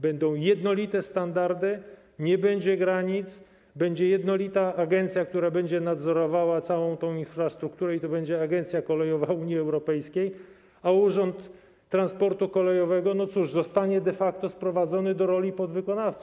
Będą jednolite standardy, nie będzie granic, będzie jednolita agencja, która będzie nadzorowała całą tę infrastrukturę, i to będzie Agencja Kolejowa Unii Europejskiej, a Urząd Transportu Kolejowego zostanie de facto sprowadzony do roli podwykonawcy.